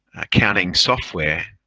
accounting software,